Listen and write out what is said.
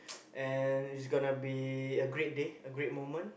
and is gonna be a great day a great moment